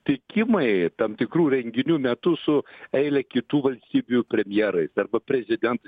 tikimai tam tikrų renginių metu su eile kitų valstybių premjerais arba prezidentais